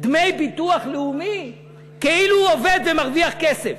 דמי ביטוח לאומי כאילו הוא עובד ומרוויח כסף.